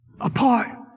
Apart